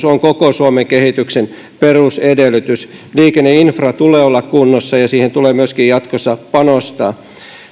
on koko suomen kehityksen perusedellytys liikenneinfran tulee olla kunnossa ja siihen tulee myöskin jatkossa panostaa